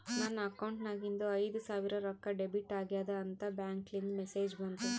ನನ್ ಅಕೌಂಟ್ ನಾಗಿಂದು ಐಯ್ದ ಸಾವಿರ್ ರೊಕ್ಕಾ ಡೆಬಿಟ್ ಆಗ್ಯಾದ್ ಅಂತ್ ಬ್ಯಾಂಕ್ಲಿಂದ್ ಮೆಸೇಜ್ ಬಂತು